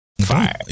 fire